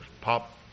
pop